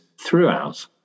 throughout